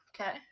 Okay